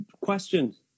Questions